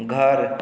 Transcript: घर